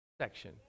section